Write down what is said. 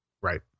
Right